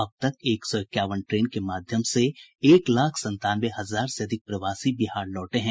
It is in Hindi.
अब तक एक सौ इक्यावन ट्रेन के माध्यम से एक लाख संतानवे हजार से अधिक प्रवासी बिहार लौटे हैं